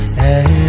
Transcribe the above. hey